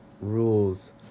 rules